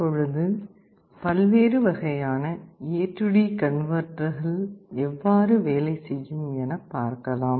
இப்பொழுது பல்வேறு வகையான AD கன்வெர்ட்டர்கள் எவ்வாறு வேலை செய்யும் என பார்க்கலாம்